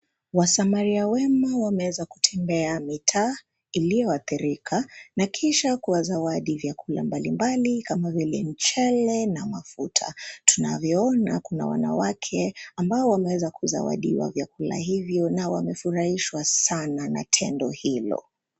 Wasamaria wema wameweza kutembea mitaa iliyo athirika na kisha kuwazawadi vyakula mbali mbali kama vile mchele na mafuta. Tunavyoona kuna wanawake ambao wameweza kuzawadiwa vyakula hivyo na wamefurahishwa sana na tendo hilo.